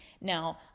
now